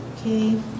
Okay